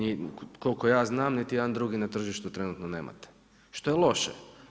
I koliko ja znam, niti jedan drugi na tržištu trenutno nemate, što je loše.